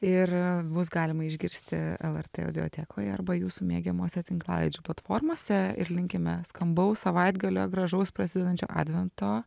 ir mus galima išgirsti lrt audiotekoje arba jūsų mėgiamose tinklalaidžių platformose ir linkime skambaus savaitgalio gražaus prasidedančio advento